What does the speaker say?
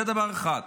זה דבר אחד.